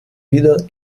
wieder